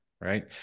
right